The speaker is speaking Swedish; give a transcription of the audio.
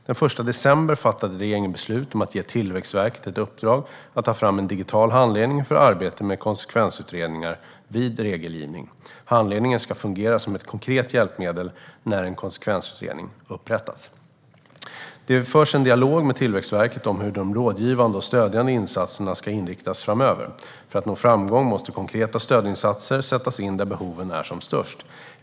Den 1 december fattade regeringen beslut om att ge Tillväxtverket ett uppdrag att ta fram en digital handledning för arbetet med konsekvensutredningar vid regelgivning. Handledningen ska fungera som ett konkret hjälpmedel när en konsekvensutredning upprättas. Det förs en dialog med Tillväxtverket om hur de rådgivande och stödjande insatserna ska inriktas framöver. För att nå framgång måste konkreta stödinsatser sättas in där behoven är som störst.